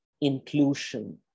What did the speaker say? inclusion